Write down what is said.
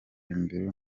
imbere